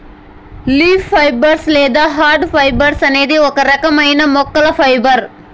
leaf fibres లేదా hard fibres అనేది ఒక రకమైన మొక్కల ఫైబర్